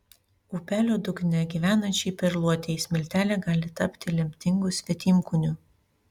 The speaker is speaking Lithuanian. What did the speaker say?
upelio dugne gyvenančiai perluotei smiltelė gali tapti lemtingu svetimkūniu